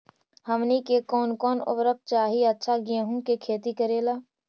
हमनी के कौन कौन उर्वरक चाही अच्छा गेंहू के खेती करेला?